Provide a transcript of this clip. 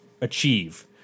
achieve